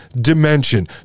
dimension